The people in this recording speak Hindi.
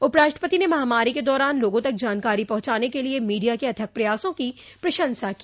उपराष्ट्रपति ने महामारी के दौरान लोगों तक जानकारी पहुंचाने के लिए मीडिया के अथक प्रयासों की प्रशंसा की